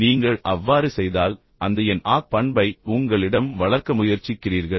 நீங்கள் அவ்வாறு செய்தால் அந்த என் ஆக் பண்பை உங்களிடம் வளர்க்க முயற்சிக்கிறீர்கள்